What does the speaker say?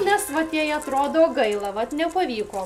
nes vat jai atrodo gaila vat nepavyko